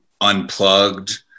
unplugged